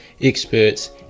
experts